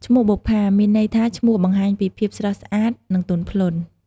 ឈ្មោះបុប្ផា មានន័យថាផ្កា បង្ហាញពីភាពស្រស់ស្អាតនិងទន់ភ្លន់។